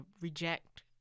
reject